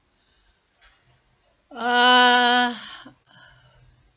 uh